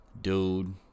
Dude